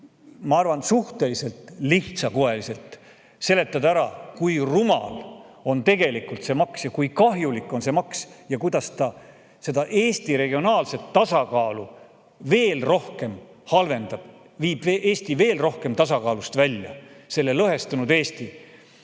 ma arvan, suhteliselt lihtsakoeliselt ära seletada, kui rumal on tegelikult see maks, kui kahjulik see on ja kuidas see Eesti regionaalset tasakaalu veel rohkem halvendab, viib Eesti veel rohkem tasakaalust välja, selle lõhestunud Eesti.